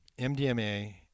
MDMA